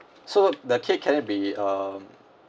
so the cake can it be um